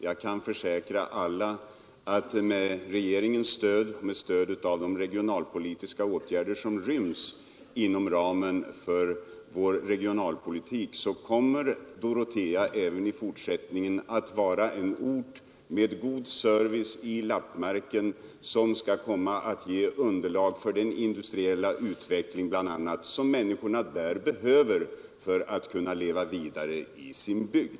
Jag kan försäkra alla att med regeringens stöd och med stöd av de åtgärder, som ryms inom vår regionalpolitik, kommer Dorotea även i fortsättningen att vara en ort med god service i Lappmarken, som skall komma att ge underlag för bl.a. den industriella utveckling, som människorna behöver för att kunna leva vidare i sin bygd.